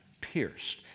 pierced